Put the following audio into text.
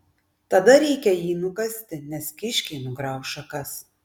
tada reikia jį nukasti nes kiškiai nugrauš šakas